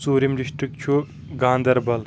ژوٗرِم ڈِسٹِرٛک چھُ گانٛدَربَل